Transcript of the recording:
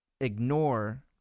ignore